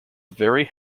very